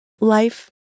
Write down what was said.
Life